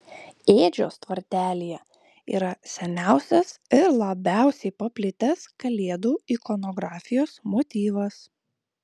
ėdžios tvartelyje yra seniausias ir labiausiai paplitęs kalėdų ikonografijos motyvas